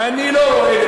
ואני לא רואה,